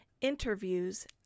interviews